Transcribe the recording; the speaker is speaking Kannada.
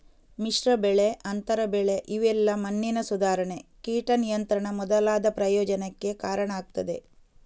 ಮಿಶ್ರ ಬೆಳೆ, ಅಂತರ ಬೆಳೆ ಇವೆಲ್ಲಾ ಮಣ್ಣಿನ ಸುಧಾರಣೆ, ಕೀಟ ನಿಯಂತ್ರಣ ಮೊದಲಾದ ಪ್ರಯೋಜನಕ್ಕೆ ಕಾರಣ ಆಗ್ತದೆ